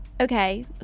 okay